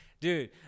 dude